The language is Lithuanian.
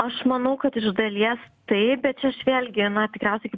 aš manau kad iš dalies taip bet čia aš vėl gi na tikriausiai